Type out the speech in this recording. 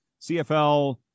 CFL